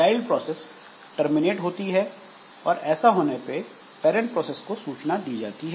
child process terminate होती है और ऐसा होने पर पैरंट प्रोसेस को सूचना दी जाती है